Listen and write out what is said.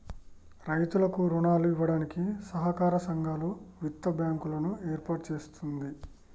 రైతులకు రుణాలు ఇవ్వడానికి సహకార సంఘాలు, విత్తన బ్యాంకు లను ఏర్పాటు చేస్తుంది